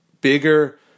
bigger